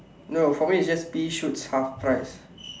no for me it's just pea shoots half price